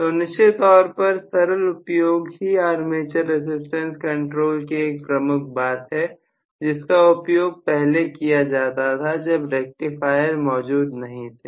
तो निश्चित तौर पर सरल उपयोग ही आर्मेचर रेसिस्टेंस कंट्रोल की एक प्रमुख बात है जिसका उपयोग पहले किया जाता था जब रेक्टिफायर मौजूद नहीं थे